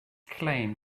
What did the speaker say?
claim